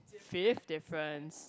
fifth difference